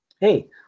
Hey